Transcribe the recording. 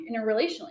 interrelationally